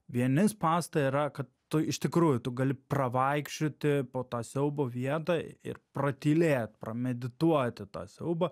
vieni spąstai yra kad tu iš tikrųjų tu gali pravaikščioti po tą siaubo vietą ir pratylėt pramedituoti tą siaubą